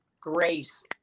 grace